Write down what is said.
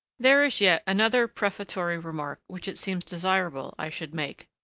there is yet another prefatory remark which it seems desirable i should make.